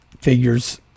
figures